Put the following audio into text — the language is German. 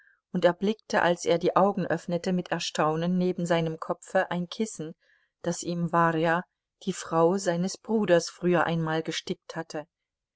und erblickte als er die augen öffnete mit erstaunen neben seinem kopfe ein kissen das ihm warja die frau seines bruders früher einmal gestickt hatte